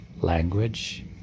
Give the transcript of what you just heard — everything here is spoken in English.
language